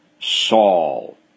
Saul